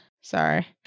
Sorry